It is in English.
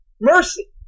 mercy